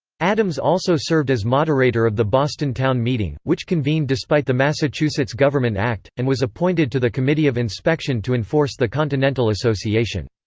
adams also served as moderator of the boston town meeting, which convened despite the massachusetts government act, and was appointed to the committee of inspection to enforce the continental association.